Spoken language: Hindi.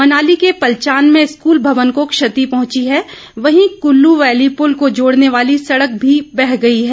मनाली के पलचान में स्कूल भवन को क्षेति पहुंची है वहीं कूल्लू वैली पूल को जोड़ने वाली सड़क भी बह गई है